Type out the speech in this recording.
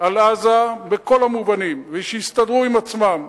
על עזה בכל המובנים, ושיסתדרו עם עצמם.